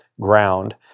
ground